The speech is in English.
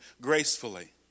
gracefully